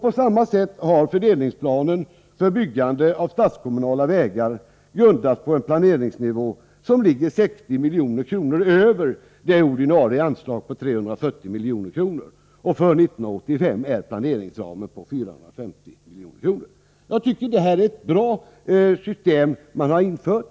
På samma sätt har fördelningsplanen för byggande av statskommunala vägar grundats på en planeringsnivå som ligger 60 milj.kr. över det ordinarie anslaget på 340 milj.kr. För år 1985 är planeringsramen 450 milj.kr. Jag tycker det är ett bra system man har infört.